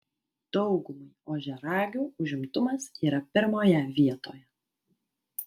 daugumai ožiaragių užimtumas yra pirmoje vietoje